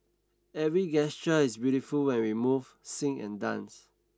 every gesture is beautiful when we move sing and dance